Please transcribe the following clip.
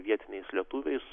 vietiniais lietuviais